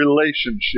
relationship